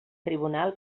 tribunal